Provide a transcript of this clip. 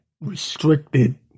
restricted